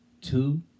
Two